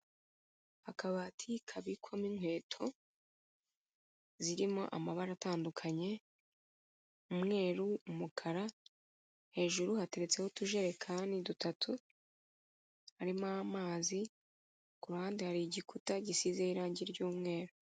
Akabati kabikwamo inkweto zirimo amabara atandukanye umweru, umukara, hejuru hateretseho utujerekani dutatu harimo amazi, ku ruhande hari igikuta gisize irangi ry'umweru.